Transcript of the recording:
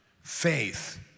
faith